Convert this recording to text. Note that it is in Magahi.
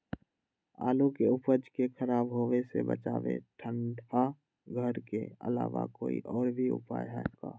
आलू के उपज के खराब होवे से बचाबे ठंडा घर के अलावा कोई और भी उपाय है का?